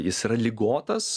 jis yra ligotas